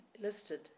listed